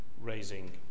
raising